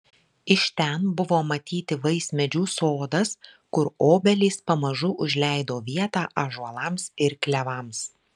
iš ten buvo matyti vaismedžių sodas kur obelys pamažu užleido vietą ąžuolams ir klevams